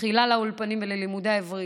תחילה לאולפנים וללימודי העברית,